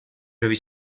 propri